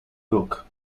book